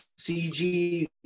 CG